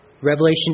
Revelation